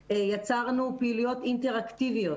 כי אני חושב שגם התרבות שלנו הולכת ונדחקת עם השנים לשוליים,